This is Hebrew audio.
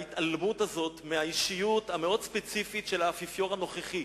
ההתעלמות הזאת מהאישיות המאוד ספציפית של האפיפיור הנוכחי,